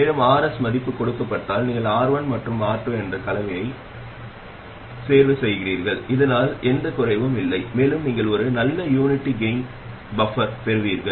மேலும் Rs மதிப்பு கொடுக்கப்பட்டால் நீங்கள் R1 மற்றும் R2 என்ற கலவையை R1||R2 Rs என்று தேர்வு செய்கிறீர்கள் இதனால் எந்தக் குறைவும் இல்லை மேலும் நீங்கள் ஒரு நல்ல யூனிட்டி கெய்ன் பபர் பெறுவீர்கள்